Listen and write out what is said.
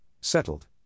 settled